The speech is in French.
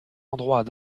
endroit